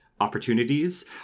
opportunities